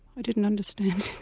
i didn't understand